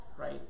right